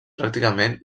pràcticament